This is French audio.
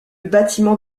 bâtiment